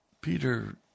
Peter